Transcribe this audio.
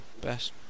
best